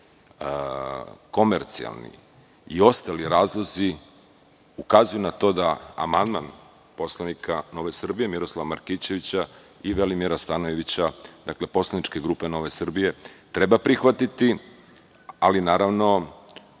komercijalni i ostali razlozi ukazuju na to da amandman poslanika Nove Srbije, Miroslava Markićevića i Velimira Stanojevića, dakle, poslaničke grupe Nove Srbije treba prihvatiti, ali naravno